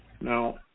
Now